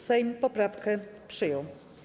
Sejm poprawkę przyjął.